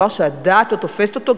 זה דבר שהדעת לא תופסת אותו,